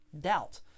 Doubt